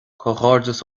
comhghairdeas